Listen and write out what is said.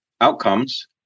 outcomes